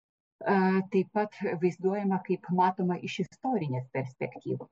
a taip pat vaizduojama kaip matoma iš istorinės perspektyvos